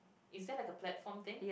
is there like a platform thing